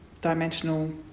dimensional